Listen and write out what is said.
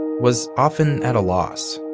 was often at a loss.